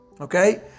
okay